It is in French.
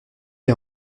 est